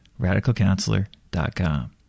RadicalCounselor.com